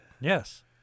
Yes